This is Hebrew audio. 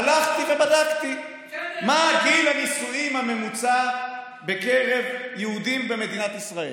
הלכתי ובדקתי מה גיל הנישואים הממוצע בקרב יהודים במדינת ישראל.